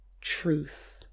truth